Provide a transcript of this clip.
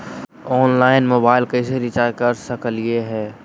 Online मोबाइलबा कैसे recharge कर सकलिए है?